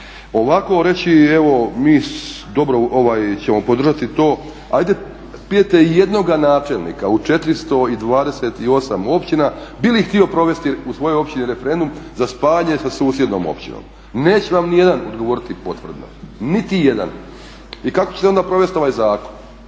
Ovako reći evo mi ćemo podržati to. Ajde pitajte i jednoga načelnika u 428 općina bi li htio provesti u svojoj općini referendum za spajanje sa susjednom općinom. Neće vam niti jedan odgovoriti potvrdno. Niti jedan. I kako ćete onda provesti ovaj zakon?